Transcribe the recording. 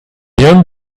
young